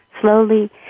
Slowly